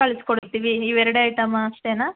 ಕಳ್ಸಿಕೊಡ್ತೀವಿ ಇವೆರಡೇ ಐಟಮ್ಮ ಅಷ್ಟೇನಾ